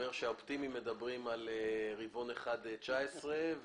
מאיר יצחק הלוי אומר שהאופטימיים מדברים על רבעון ראשון של שנת 2019,